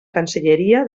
cancelleria